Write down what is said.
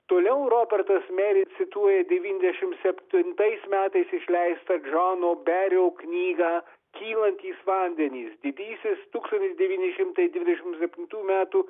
toliau robertas meri cituoja devyndešimt septintais metais išleistą džono berio knygą kylantys vandenys didysis tūkstantis devyni šimtai dvidešimt septintų metų